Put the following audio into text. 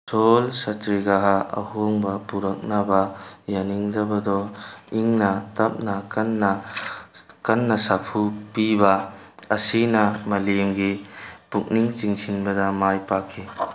soul ꯁꯥꯇ꯭ꯌꯒ꯭ꯔꯍ ꯑꯍꯣꯡꯕ ꯄꯨꯔꯛꯅꯕ ꯌꯥꯅꯤꯡꯗꯕꯗꯣ ꯏꯪꯅ ꯇꯞꯅ ꯀꯟꯅ ꯀꯟꯅ ꯁꯥꯐꯨ ꯄꯤꯕ ꯑꯁꯤꯅ ꯃꯥꯂꯦꯝꯒꯤ ꯄꯨꯛꯅꯤꯡ ꯆꯤꯡꯁꯤꯟꯕꯗ ꯃꯥꯏ ꯄꯥꯛꯈꯤ